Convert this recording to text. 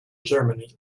germany